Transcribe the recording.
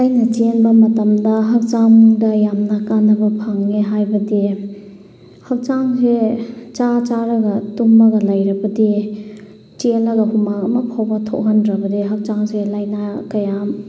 ꯑꯩꯅ ꯆꯦꯟꯕ ꯃꯇꯝꯗ ꯍꯛꯆꯥꯡꯗ ꯌꯥꯝꯅ ꯀꯥꯟꯅꯕ ꯐꯪꯉꯦ ꯍꯥꯏꯕꯗꯤ ꯍꯛꯆꯥꯡꯁꯦ ꯆꯥ ꯆꯥꯔꯒ ꯇꯨꯝꯃꯒ ꯂꯩꯔꯕꯗꯤ ꯆꯦꯜꯂꯒ ꯍꯨꯃꯥꯡ ꯑꯃ ꯐꯥꯎꯕ ꯊꯣꯛꯍꯟꯗ꯭ꯔꯕꯗꯤ ꯍꯛꯆꯥꯡꯁꯦ ꯂꯥꯏꯅꯥ ꯀꯌꯥꯝ